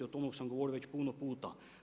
O tome sam govorio već puno puta.